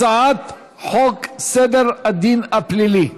הצעת חוק סדר הדין הפלילי (תיקון,